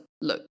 look